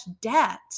debt